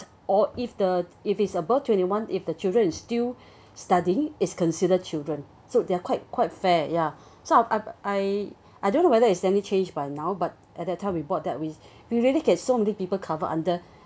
or if the if it's above twenty one if the children still studying is considered children so they're quite quite fair ya so I I I don't know whether is there any change but now but at that time we bought that we we really get so many people covered under